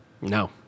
no